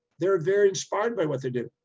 they're very inspired by what they do.